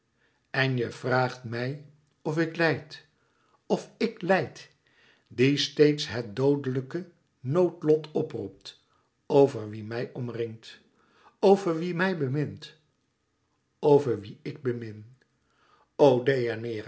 en je vraagt mij of ik lijd of ik lijd die steèds het doodelijke noodlot p roept over wie mij omringt over wie mij bemint over wie ik bemin o